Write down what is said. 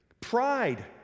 Pride